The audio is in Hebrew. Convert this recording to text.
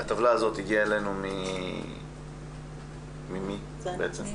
הערה קטנה לרשות, ואני אחזור על זה גם בסיכום.